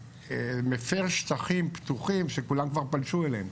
מפר שטחים פתוחים שכולם כבר פלשו אליהם,